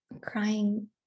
crying